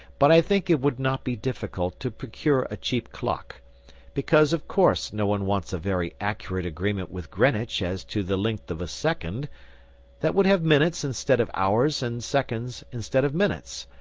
but i think it would not be difficult to procure a cheap clock because, of course, no one wants a very accurate agreement with greenwich as to the length of a second that would have minutes instead of hours and seconds instead of minutes,